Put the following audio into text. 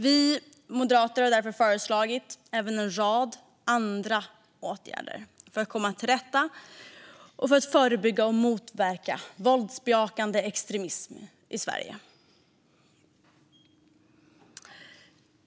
Vi moderater har därför föreslagit även en rad andra åtgärder för att komma till rätta med, förebygga och motverka våldsbejakande extremism i Sverige.